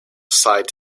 side